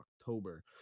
October